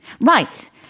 Right